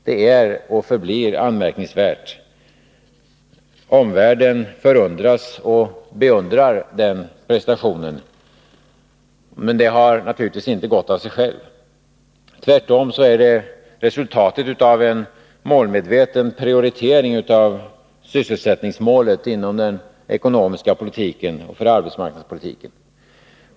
Det är och förblir anmärkningsvärt. Omvärlden förundras och beundrar den prestationen. Men det har naturligtvis inte gått av sig självt. Tvärtom är det resultatet av en målmedveten prioritering av sysselsättningsmålet inom den ekonomiska politiken och för arbetsmarknadspolitiken.